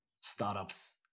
startups